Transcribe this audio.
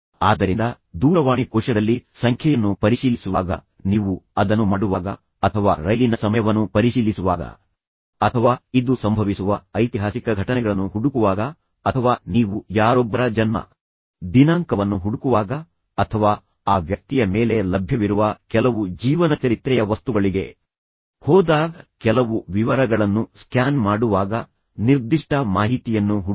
ಆದ್ದರಿಂದ ದೂರವಾಣಿ ಕೋಶದಲ್ಲಿ ಸಂಖ್ಯೆಯನ್ನು ಪರಿಶೀಲಿಸುವಾಗ ನೀವು ಅದನ್ನು ಮಾಡುವಾಗ ಅಥವಾ ರೈಲಿನ ಸಮಯವನ್ನು ಪರಿಶೀಲಿಸುವಾಗ ಅಥವಾ ಇದು ಸಂಭವಿಸುವ ಐತಿಹಾಸಿಕ ಘಟನೆಗಳನ್ನು ಹುಡುಕುವಾಗ ಅಥವಾ ನೀವು ಯಾರೊಬ್ಬರ ಜನ್ಮ ದಿನಾಂಕವನ್ನು ಹುಡುಕುವಾಗ ಅಥವಾ ಆ ವ್ಯಕ್ತಿಯ ಮೇಲೆ ಲಭ್ಯವಿರುವ ಕೆಲವು ಜೀವನಚರಿತ್ರೆಯ ವಸ್ತುಗಳಿಗೆ ಹೋದಾಗ ಕೆಲವು ವಿವರಗಳನ್ನು ಸ್ಕ್ಯಾನ್ ಮಾಡುವಾಗ ನಿರ್ದಿಷ್ಟ ಮಾಹಿತಿಯನ್ನು ಹುಡುಕಿ